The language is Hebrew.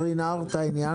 הווטרינר יסביר לי את העניין.